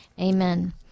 amen